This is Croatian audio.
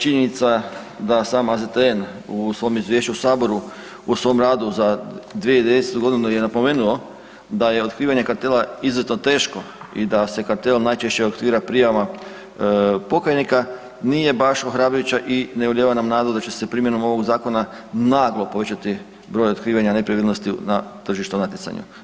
Činjenica da sam AZTN u svom izvješću u Saboru o svom radu za … [[ne razumije se]] godinu da je napomenuo da je otkrivanje kartela izuzetno teško i da se kartel najčešće otkriva prijavama pokajnika, nije baš ohrabrujuća i ne ulijeva nam nadu da će se primjenom ovoga zakona naglo povećati broj otkrivanja nepravilnosti na tržišnom natjecanju.